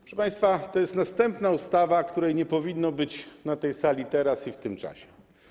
Proszę państwa, to jest następna ustawa, której nie powinno być na tej sali teraz i w tym czasie.